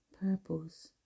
purples